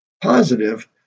positive